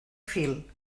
fil